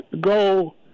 go